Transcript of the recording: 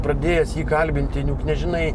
pradėjęs jį kalbinti juk nežinai